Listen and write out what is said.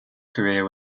career